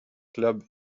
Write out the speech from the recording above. clubs